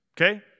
Okay